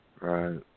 Right